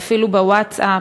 ואפילו בווטסאפ,